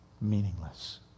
meaningless